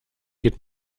geht